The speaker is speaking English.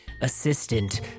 assistant